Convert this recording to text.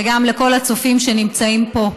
וגם לכל הצופים שנמצאים פה: